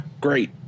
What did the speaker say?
Great